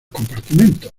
compartimentos